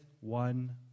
one